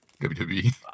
WWE